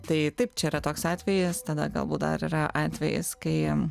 tai taip čia yra toks atvejis tada galbūt dar yra atvejis kai